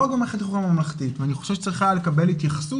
לא במערכת החינוך הממלכתית ואני חושבת שהיא צריכה לקבל התייחסות